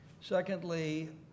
Secondly